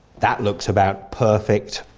that looks about perfect.